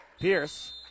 Pierce